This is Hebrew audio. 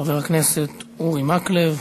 חבר הכנסת אורי מקלב.